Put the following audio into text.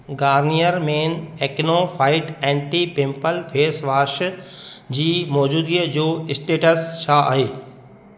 Garnier men acno fight anti pimple facewash जी मौजूदिगीअ जो स्टेटस छा आहे